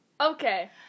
Okay